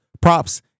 props